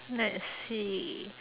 let's see